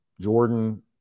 Jordan